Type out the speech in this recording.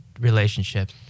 relationship